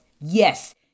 yes